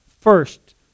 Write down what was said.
first